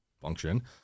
function